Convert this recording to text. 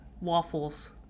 Waffles